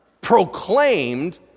proclaimed